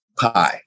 pie